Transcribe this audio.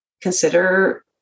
consider